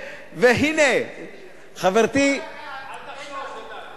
והנה, חברתי, אל תחשוש, איתן.